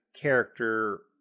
character